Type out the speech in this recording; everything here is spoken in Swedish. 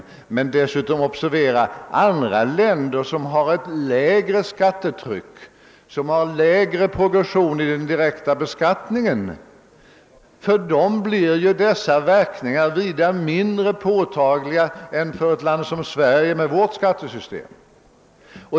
Observera dessutom att för andra länder, som har ett lägre skattetryck och en annan progression i den direkta beskattningen, blir de skattehöjande verkningarna av inflationen vida mindre påtagliga än för ett land som Sverige med vårt skattesystem!